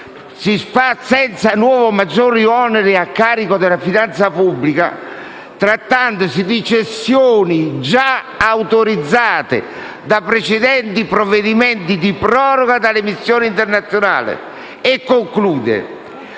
si fa «senza nuovi o maggiori oneri a carico della finanzia pubblica», trattandosi di cessioni «già autorizzate da precedenti provvedimenti di proroga delle missioni internazionali». E conclude: